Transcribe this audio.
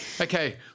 okay